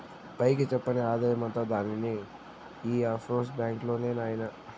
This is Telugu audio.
పైకి చెప్పని ఆదాయమంతా దానిది ఈ ఆఫ్షోర్ బాంక్ లోనే నాయినా